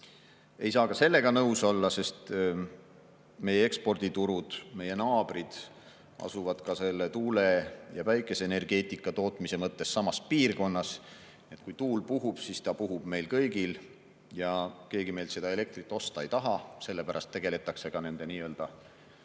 Ei saa ka sellega nõus olla, sest meie eksporditurud, meie naabrid asuvad tuule- ja päikeseenergeetika tootmise mõttes samas piirkonnas. Kui tuul puhub, siis puhub ta meil kõigil ja keegi meilt seda elektrit osta ei taha. Sellepärast tegeldakse ka nende nii-öelda